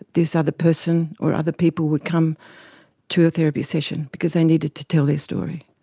this other person or other people would come to a therapy session because they needed to tell their story.